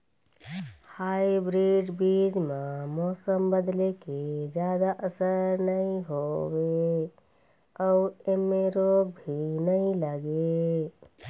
hybrid बीज म मौसम बदले के जादा असर नई होवे अऊ ऐमें रोग भी नई लगे